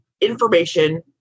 information